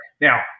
now